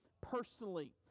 personally